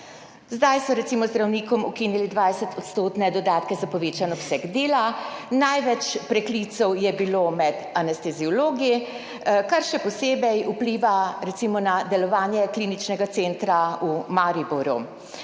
recimo zdravnikom ukinili 20-odstotne dodatke za povečan obseg dela, največ preklicev je bilo med anesteziologi, kar še posebej vpliva recimo na delovanje kliničnega centra v Mariboru.